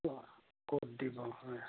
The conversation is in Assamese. অ ক'ত দিব হয়